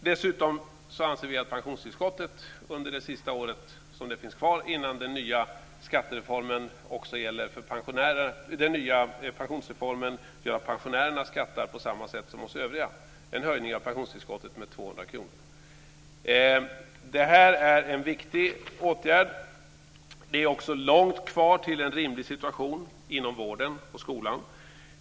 Dessutom anser vi att pensionstillskottet, under det sista året som det finns kvar innan den nya pensionsreformen gör att pensionärerna skattar på samma sätt som vi andra, ska höjas med 200 kr. Det här är en viktig åtgärd. Det är också långt kvar till en rimlig situation inom vården och skolan.